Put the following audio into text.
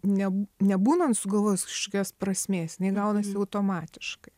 ne nebūnant sugalvojus kažkokios prasmės jinai gaunasi automatiškai